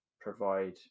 provide